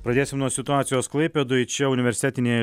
pradėsim nuo situacijos klaipėdoj čia universitetinėje